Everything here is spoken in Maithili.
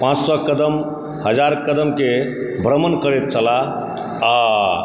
पाँच सए कदम हजार कदमके भ्रमण करैत छलाह आ